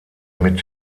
mit